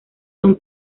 son